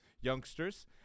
youngsters